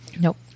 Nope